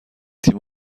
تیم